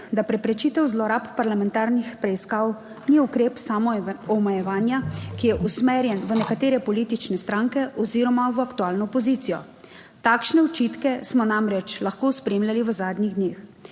da preprečitev zlorab parlamentarnih preiskav ni ukrep samoomejevanja, ki je usmerjen v nekatere politične stranke oziroma v aktualno opozicijo - takšne očitke smo namreč lahko spremljali v zadnjih dneh.